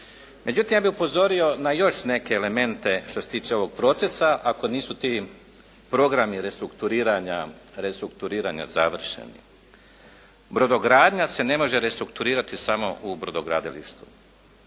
Međutim, ja bih upozorio na još neke elemente što se tiče ovog procesa, ako nisu ti programi restrukturiranja završeni. Brodogradnja se ne može restrukturirati samo u brodogradilištu.